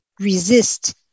resist